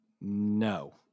No